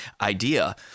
idea